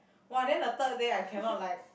!wah! then the third day I cannot like